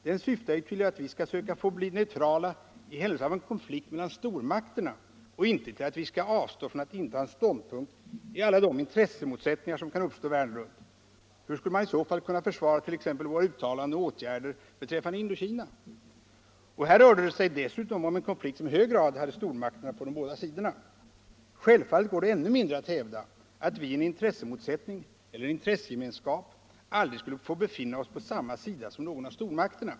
Den syftar ju till att vi skall söka förbli neutrala i händelse av en konflikt mellan stormakterna och inte till att vi skall avstå från att inta en ståndpunkt i alla de intressemotsättningar som kan uppstå världen runt. Hur skulle vi annars kunna försvara t.ex. våra uttalanden och åtgärder beträffande Indokina? Och här rörde det sig dessutom om en konflikt som i hög grad hade stormakterna på de båda sidorna. Självfallet går det ännu mindre att hävda att vi i en intressemotsättning — eller en intressegemenskap — aldrig skulle få befinna oss på samma sida som någon av stormakterna.